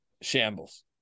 Shambles